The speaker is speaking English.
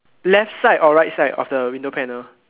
left side or right side of the window panel